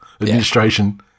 administration